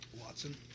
Watson